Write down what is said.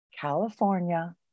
california